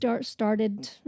started